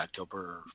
October